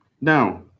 now